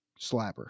slapper